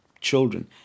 children